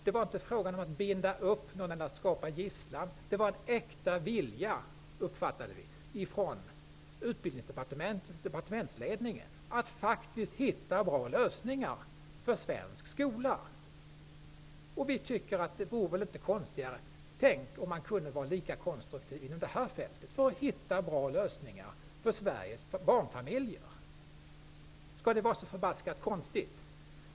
Det var inte frågan om att binda upp någon eller att ta gisslan. Vi uppfattade det som om departementsledningen hade en äkta vilja att faktiskt hitta bra lösningar för svensk skola. Vi tänkte att man kunde vara lika konstruktiv när det gäller att hitta bra lösningar för Sveriges barnfamiljer. Skall det vara så förbaskat konstigt?